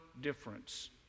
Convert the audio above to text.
difference